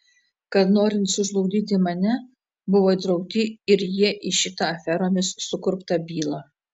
kad norint sužlugdyti mane buvo įtraukti ir jie į šitą aferomis sukurptą bylą